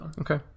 Okay